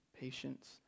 patience